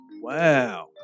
Wow